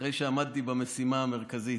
אחרי שעמדתי במשימה המרכזית.